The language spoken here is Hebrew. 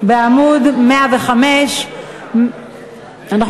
22 בעד, 47 נגד.